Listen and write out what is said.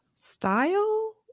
style